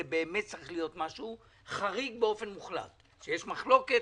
זה באמת צריך להיות משהו חריג באופן מוחלט כשיש מחלוקת